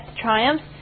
triumphs